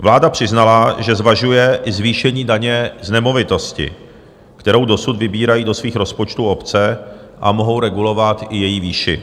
Vláda přiznala, že zvažuje i zvýšení daně z nemovitosti, kterou dosud vybírají do svých rozpočtů obce, a mohou regulovat i její výši.